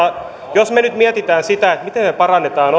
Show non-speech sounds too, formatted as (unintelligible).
jos me nyt mietimme sitä miten me parannamme (unintelligible)